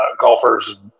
golfers